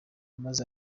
maze